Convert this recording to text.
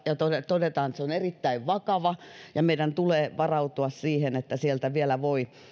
ja todetaan että se on erittäin vakava ja meidän tulee varautua siihen että sieltä vielä voi